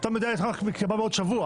היא הייתה צריכה בעוד שבוע.